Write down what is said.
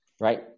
right